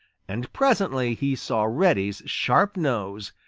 and presently he saw reddy's sharp nose,